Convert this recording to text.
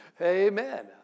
Amen